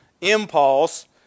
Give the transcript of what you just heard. impulse